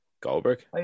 Goldberg